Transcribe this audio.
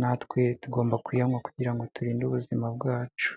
natwe tugomba kuyanywa kugira ngo turinde ubuzima bwacu.